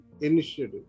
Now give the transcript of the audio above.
initiative